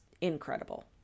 incredible